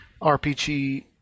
RPG